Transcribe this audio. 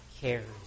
cares